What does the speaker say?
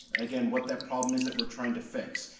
again, what that problem is that we're trying to fix.